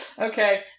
Okay